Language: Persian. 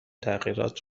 تغییرات